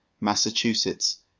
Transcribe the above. Massachusetts